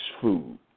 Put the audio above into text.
food